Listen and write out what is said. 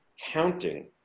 counting